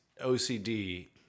OCD